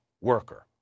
worker